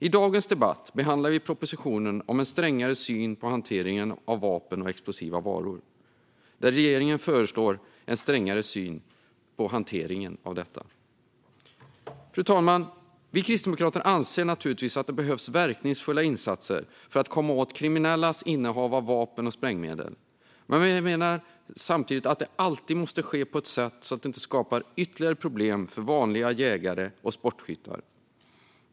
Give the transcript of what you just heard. I dagens debatt behandlar vi propositionen om en strängare syn på hantering av vapen och explosiva varor, där regeringen föreslår en strängare syn på detta. Fru talman! Vi kristdemokrater anser naturligtvis att det behövs verkningsfulla insatser för att komma åt kriminellas innehav av vapen och sprängmedel. Men vi menar samtidigt att de alltid måste ske på ett sådant sätt att det inte skapar ytterligare problem för vanliga jägare och sportskyttar.